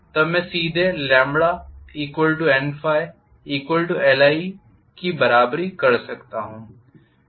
तब मैं सीधे NLi की बराबरी कर सकता हूं